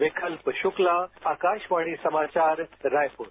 विकल्प शुक्ला आकाशवाणी समाचार रायपुर